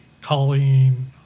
Colleen